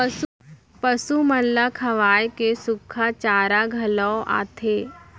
पसु मन ल खवाए के सुक्खा चारा घलौ आथे